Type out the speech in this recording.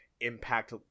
impact